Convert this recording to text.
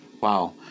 Wow